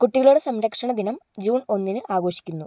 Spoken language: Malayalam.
കുട്ടികളുടെ സംരക്ഷണ ദിനം ജൂൺ ഒന്നിന് ആഘോഷിക്കുന്നു